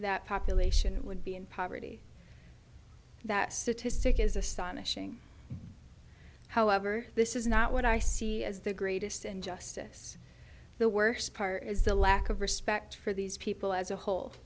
that population would be in poverty that statistic is astonishing however this is not what i see as the greatest and justice the worst part is the lack of respect for these people as a whole